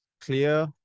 clear